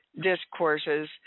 discourses